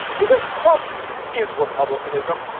because trump is republicanism.